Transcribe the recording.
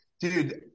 Dude